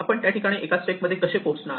आपण त्या ठिकाणी एका स्टेप मध्ये कसे पोहोचणार